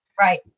Right